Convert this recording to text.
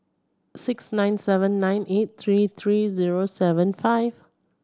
six nine seven nine eight three three zero seven five